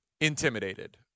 intimidated